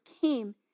came